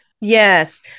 Yes